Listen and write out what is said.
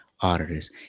auditors